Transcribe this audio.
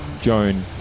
Joan